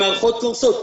המערכות קורסות.